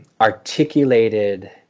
articulated